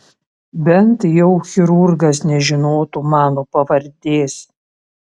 bent jau chirurgas nežinotų mano pavardės